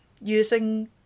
using